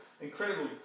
incredible